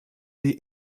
die